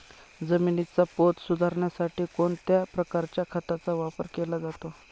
जमिनीचा पोत सुधारण्यासाठी कोणत्या प्रकारच्या खताचा वापर केला जातो?